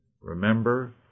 Remember